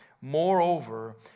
Moreover